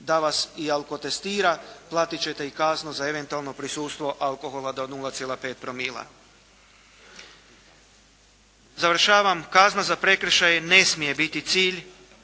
da vas i alkotestira platit ćete i kaznu za eventualno prisustvo alkohola do 0,5 promila. Završavam. Kazna za prekršaje ne smije biti cilj.